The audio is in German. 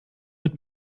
mit